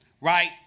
right